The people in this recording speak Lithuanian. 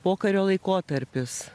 pokario laikotarpis